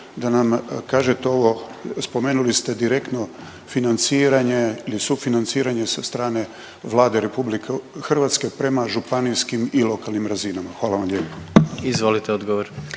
da nam kažete ovo, spomenuli ste direktno financiranje i sufinanciranje sa Vlade RH prema županijskim i lokalnim razinama. Hvala vam lijepo. **Jandroković,